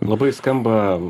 labai skamba